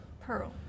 Pearl